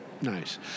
Nice